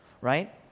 right